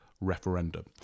referendum